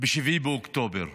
ב-7 באוקטובר.